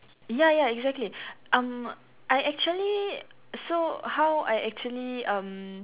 ya ya exactly um I actually so how I actually um